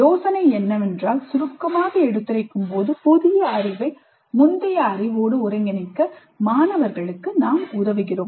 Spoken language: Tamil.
யோசனை என்னவென்றால் சுருக்கமாக எடுத்துரைக்கும் போது புதிய அறிவை முந்தைய அறிவோடு ஒருங்கிணைக்க மாணவர்களுக்கு நாம் உதவுகிறோம்